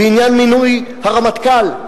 בעניין מינוי הרמטכ"ל.